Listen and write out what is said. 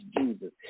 Jesus